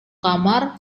kamar